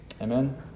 Amen